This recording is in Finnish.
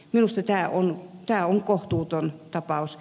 minusta tämä on kohtuuton asia